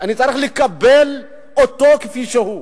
אני צריך לקבל אותו כפי שהוא,